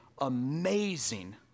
amazing